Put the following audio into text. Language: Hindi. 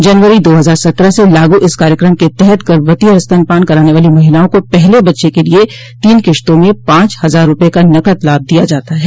जनवरी दो हजार सत्रह से लागू इस कार्यक्रम के तहत गर्भवती और स्तनपान कराने वाली महिलाओं को पहले बच्चे के लिए तीन किस्तों में पांच हजार रुपये का नकद लाभ दिया जाता है